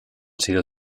sido